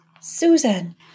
Susan